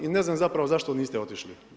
I ne znam zapravo zašto niste otišli?